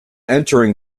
entering